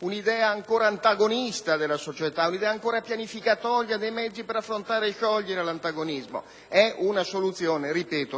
un'idea ancora antagonista della società, ancora pianificatoria dei mezzi per affrontare e sciogliere l'antagonismo. Lo ripeto, è una soluzione